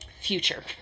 future